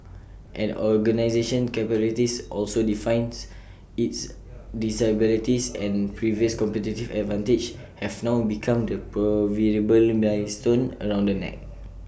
an organisation's capabilities also define its disabilities and previous competitive advantages have now become the proverbial millstone around the neck